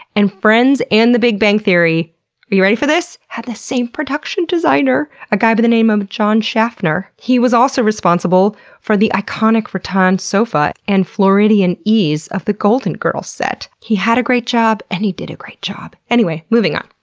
and friends and the big bang theory are you ready for this? had the same production designer! a guy by the name um of john shaffner. he was also responsible for the iconic rattan sofa and floridian ease of the golden girls set. he had a great job, and he did a great job. anyway, moving on.